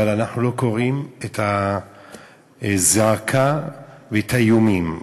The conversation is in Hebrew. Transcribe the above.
אבל אנחנו לא קוראים את האזעקה ואת האיומים.